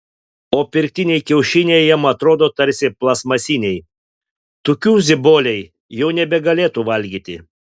o pirktiniai kiaušiniai jam atrodo tarsi plastmasiniai tokių ziboliai jau nebegalėtų valgyti